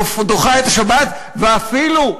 דוחה את השבת, ואפילו,